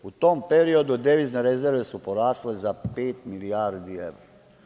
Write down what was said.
U tom periodu devizne rezerve su porasle za pet milijardi evra.